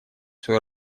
свою